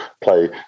play